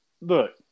Look